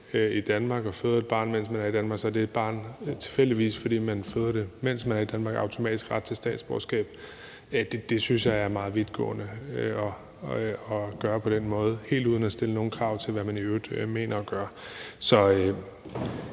i Danmark og føder et barn, mens man er i Danmark, så har det barn tilfældigvis, fordi man føder det, mens man er i Danmark, automatisk ret til statsborgerskab. Det synes jeg er meget vidtgående at gøre det på den måde helt uden at stille nogen krav til, hvad man i øvrigt mener og gør. Så